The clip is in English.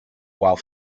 while